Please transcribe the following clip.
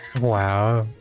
wow